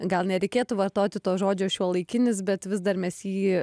gal nereikėtų vartoti to žodžio šiuolaikinis bet vis dar mes jį